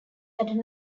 had